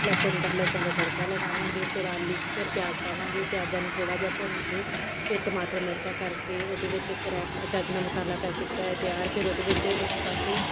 ਲਸਣ ਦਾ ਲਸਣ ਦਾ ਤੜਕਾ ਲਗਾਵਾਂਗੇ ਫਿਰ ਆਲੂ ਫਿਰ ਪਿਆਜ਼ ਪਾਵਾਂਗੇ ਪਿਆਜ਼ਾਂ ਨੂੰ ਥੋੜ੍ਹਾ ਜਿਹਾ ਭੁੰਨ ਕੇ ਫਿਰ ਟਮਾਟਰ ਮਿਰਚਾਂ ਕਰਕੇ ਉਹਦੇ ਵਿੱਚ ਕਰੈਂਮਕ ਚੱਜ ਨਾਲ਼ ਮਸਾਲਾ ਕਰਕੇ ਥੋੜ੍ਹਾ ਜਿਹਾ ਤਿਆਰ ਫਿਰ ਉਹਦੇ ਵਿੱਚ ਇੱਕ ਪਾਸੇ